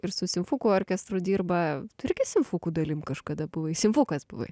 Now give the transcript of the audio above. ir su simfukų orkestru dirba tu irgi simfukų dalim kažkada buvai simfukas buvai